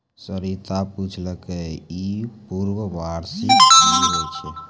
सरिता पुछलकै ई पूर्ण वापसी कि होय छै?